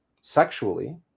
sexually